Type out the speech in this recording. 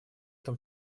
том